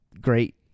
great